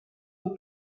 aux